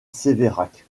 séverac